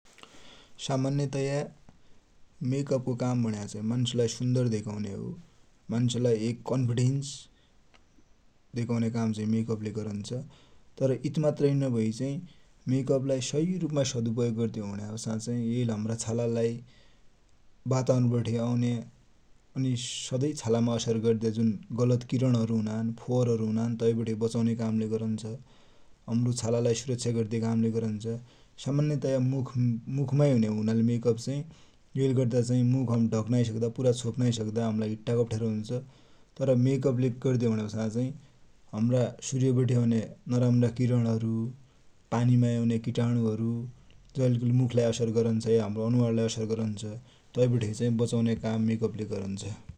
सामान्यतया मेकअपको काम भुण्या चाहि मान्सलाई सुन्दर धेकुन्या हो । मान्सलाई एक कन्फिडेन्स धेकुन्या कामचाहि मेकअपले गरुन्छ । तर यिती मात्र नभयालै चाहि मेकअपलाई सहि रुपमा सदुपयोग गद्यौ भुण्यापाछा चाहि येले हमरा छालालाई वातावरणवठे औन्या, अनि सधै छालामा असर गद्या, गलत किरणहरु हुनान, फोहरहरु हुनान, तै बठे बचुन्या कामलै गरुन्छ, महरो छालालाई सुरक्षित गद्या काम लै गरुन्छ, सामान्यतया ११२ मुखमाई हुन्या हुनाले मेकअप चाही येले गर्दा चाहि मुख ढकी नाइ सक्दा, हमलाई हिट्टाकी अप्ठ्यारो हुन्छ । तर मेकअपले गद्यौ भुण्यापाछा चाही हमरा सुर्यवठे औन्या नराम्रा किरणहरु, पानीमा औन्या किटाणुहरु जैले मुखलाई असर गरन्छ या हमरा अनुहारलाइ असर गरुन्छ तै वठे वचुन्या काम चाही मेकअपले गरुन्छ ।